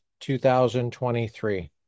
2023